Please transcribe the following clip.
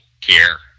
care